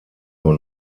nur